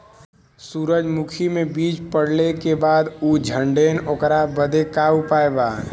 सुरजमुखी मे बीज पड़ले के बाद ऊ झंडेन ओकरा बदे का उपाय बा?